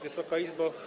Wysoka Izbo!